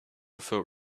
felt